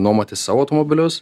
nuomoti savo automobilius